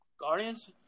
guardians